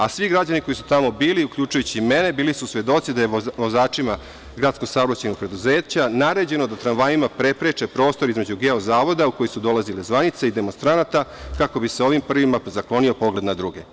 A svi građani koji su tamo bili, uključujući i mene, bili su svedoci da je vozačima GSP-a naređeno da tramvajima prepreče prostor između Geo zavoda u koji su dolazile zvanice i demonstranata, kako bi se ovim prvima zaklonio pogled na druge.